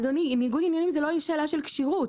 אדוני, ניגוד עניינים זה לא שאלה של כשירות.